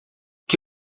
que